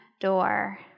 door